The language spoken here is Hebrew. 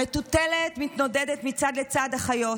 המטוטלת מתנודדת מצד לצד, אחיות.